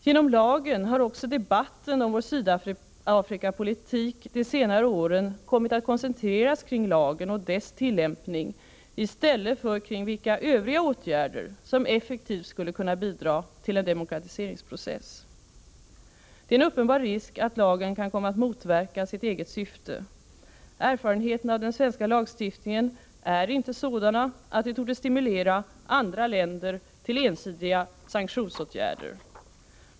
Genom lagen har också debatten om vår Sydafrikapolitik de senare åren kommit att koncentreras kring lagen och dess tillämpning i stället för kring vilka övriga åtgärder som effektivt skulle kunna bidra till en demokratiseringsprocess. Det är en uppenbar risk att lagen kan komma att motverka sitt eget syfte. Erfarenheterna av den svenska lagstiftningen är inte sådana att de torde stimulera andra länder till ensidiga sanktionsåtgärder.